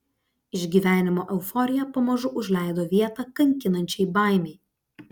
išgyvenimo euforija pamažu užleido vietą kankinančiai baimei